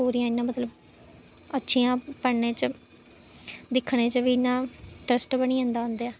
पूरियां इ'यां मतलब अच्छियां पढ़ने च दिक्खने च बी इ'यां इंटरस्ट बनी जंदा उं'दे च